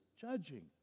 judging